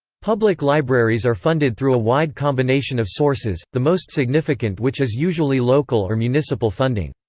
public libraries are funded through a wide combination of sources, the most significant which is usually local or municipal funding.